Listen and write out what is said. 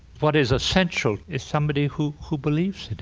what is essential is somebody who who believes in